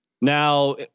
Now